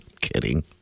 Kidding